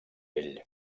ell